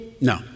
No